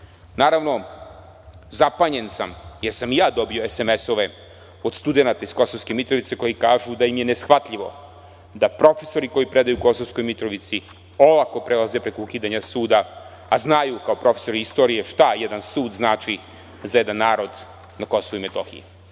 nisu. Naravno, zapanjen sam jer sam i ja dobio SMS od studenata iz Kosovske Mitrovice koji kažu da im je neshvatljivo da profesori koji predaju u Kosovskoj Mitrovici, olako prelaze preko ukidanja suda, a znaju kao profesori istorije šta jedan sud znači za jedan narod na KiM.Prosto im